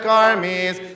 armies